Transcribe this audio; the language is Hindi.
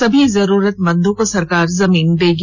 सभी जरूरतमंदों को सरकार जमीन देगी